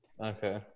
Okay